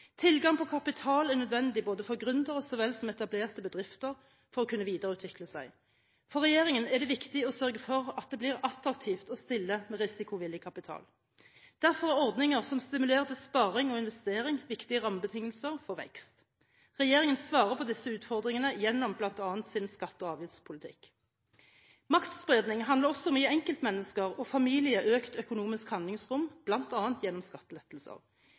Tilgang på kapital er nødvendig for både gründere så vel som etablerte bedrifter, for å kunne videreutvikle seg. For regjeringen er det viktig å sørge for at det blir attraktivt å stille med risikovillig kapital. Derfor er ordninger som stimulerer til sparing og investering, viktige rammebetingelser for vekst. Regjeringen svarer på disse utfordringene bl.a. gjennom sin skatte- og avgiftspolitikk. Maktspredning handler også om å gi enkeltmennesker og familier økt økonomisk handlingsrom bl.a. gjennom skattelettelser.